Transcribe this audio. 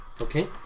Okay